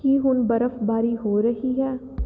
ਕੀ ਹੁਣ ਬਰਫ਼ਬਾਰੀ ਹੋ ਰਹੀ ਹੈ